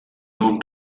ihrem